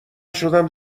شدم